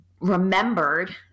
remembered